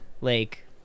Lake